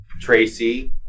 Tracy